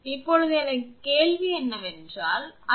இப்போது எனது கேள்வி என்னவென்றால் அது 0